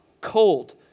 cold